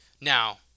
Now